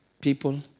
people